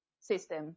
system